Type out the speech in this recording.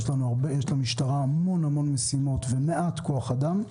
ויש למשטרה המון המון משימות ומעט כוח אדם.